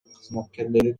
кызматкерлери